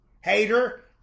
Hater